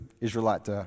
Israelite